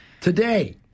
today